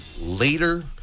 later